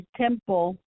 temple